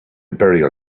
burial